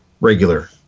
regular